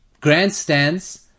grandstands